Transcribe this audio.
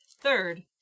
third